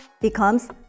becomes